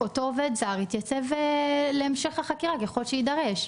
אותו עובד זר יתייצב להמשך החקירה ככל שיידרש.